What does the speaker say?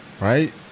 Right